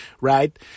right